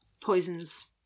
poisons